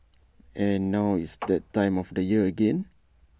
and now it's the time of the year again